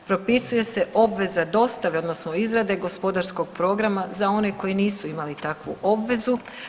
Propisuje se obveza dostave odnosno izrade gospodarskog programa za one koji nisu imali takvu obvezu.